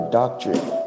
doctrine